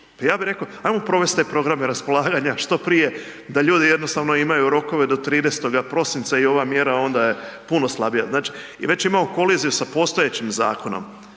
ja bi reko, ajmo provesti te programe raspolaganja što prije da ljudi jednostavno imaju rokove do 30. prosinca i ova mjera onda je puno slabija. Znači, već imamo koliziju sa postojećim zakonom